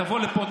תבוא לפה,